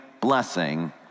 blessing